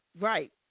Right